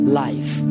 life